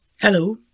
Hello